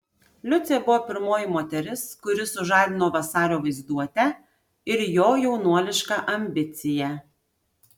liucė buvo pirmoji moteris kuri sužadino vasario vaizduotę ir jo jaunuolišką ambiciją